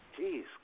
Jeez